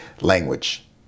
language